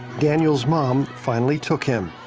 daniel's mom finally took him.